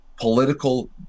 political